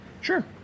Sure